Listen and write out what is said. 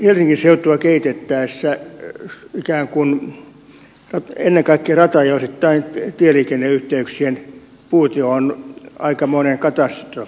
helsingin seutua kehitettäessä ikään kuin ennen kaikkea rata ja osittain tieliikenneyhteyksien puute on aikamoinen katastrofi